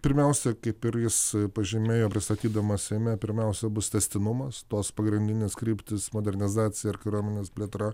pirmiausia kaip ir jis pažymėjo pristatydamas seime pirmiausia bus tęstinumas tos pagrindinės kryptys modernizacija ir kariuomenės plėtra